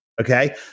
Okay